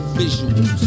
visuals